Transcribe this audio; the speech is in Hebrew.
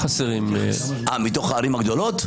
מתוך הערים הגדולות?